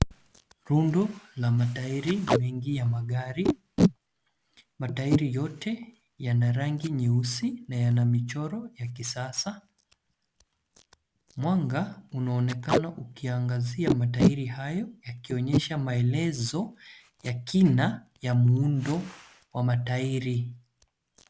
Rundo la matairi mengi ya magari, matairi yote yana rangi nyeusi na yana michoro ya kisasa. Mwanga unaonekana ukiangazia matairi hayo yakionyesha maelezo ya kina ya muundo wa matairi.